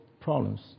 problems